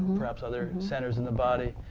perhaps other centers in the body.